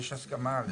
יש הסכמה,